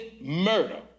murder